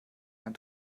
ein